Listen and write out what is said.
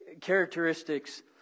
characteristics